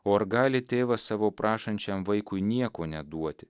o ar gali tėvas savo prašančiam vaikui nieko neduoti